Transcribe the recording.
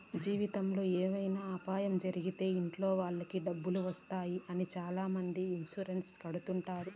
జీవితంలో ఏమైనా అపాయం జరిగితే ఇంట్లో వాళ్ళకి డబ్బులు వస్తాయి అని చాలామంది ఇన్సూరెన్స్ కడుతుంటారు